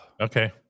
Okay